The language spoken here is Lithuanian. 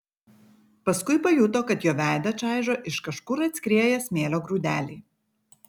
paskui pajuto kad jo veidą čaižo iš kažkur atskrieję smėlio grūdeliai